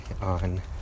on